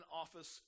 office